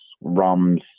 rums